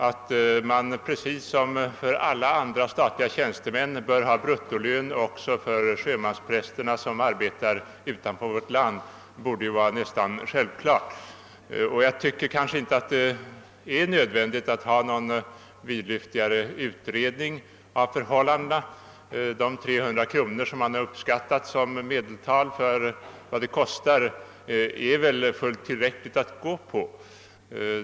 — Att man precis som för alla andra statliga tjänstemän bör ha bruttolön också för sjömansprästerna som arbetar utanför vårt land borde vara nästan självklart. Jag tycker inte att det är nödvändigt att göra någon vidlyftigare utredning av förhållandena. De 300 kr. som man uppskattat som medeltal för vad det kostar är väl ett fullt tillräckligt underlag för beslut.